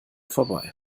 vorbei